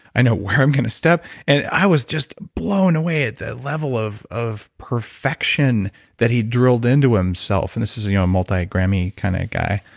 i know where i'm going to step. and i was just blown away at the level of of perfection that he drilled into himself. and this is a you know multi-grammy kind of guy.